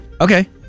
Okay